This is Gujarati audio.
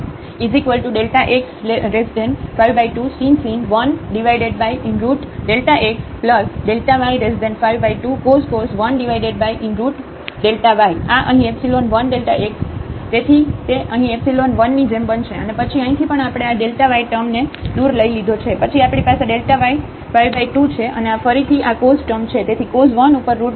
fxΔy f00x52sin 1x y52cos 1y આ અહીં એપ્સીલોન 1 Δ x તેથી તે અહીં એપ્સીલોન 1 ની જેમ બનશે અને પછી અહીંથી પણ આપણે આ Δ y ટર્મને દૂર લઈ લીધો છે પછી આપણી પાસે Δ y 5 2 છે અને આ ફરીથી આ cos ટર્મ છે તેથી cos 1 ઉપર રુટ Δ y